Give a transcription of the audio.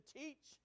teach